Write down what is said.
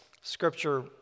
scripture